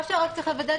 מה שרק צריך לוודא,